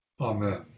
Amen